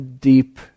deep